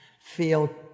feel